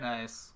Nice